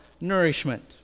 nourishment